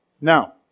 Now